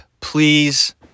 Please